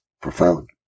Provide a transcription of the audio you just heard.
Profound